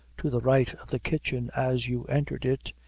to the right of the kitchen as you entered it,